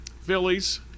Phillies